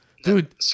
Dude